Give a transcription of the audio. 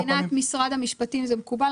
מבחינת משרד המשפטים זה מקובל?